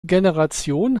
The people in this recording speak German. generation